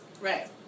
Right